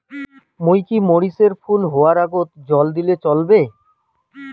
মুই কি মরিচ এর ফুল হাওয়ার আগত জল দিলে চলবে?